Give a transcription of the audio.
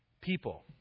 people